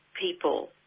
people